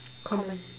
common